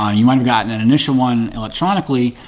um you might have gotten an initial one electronically,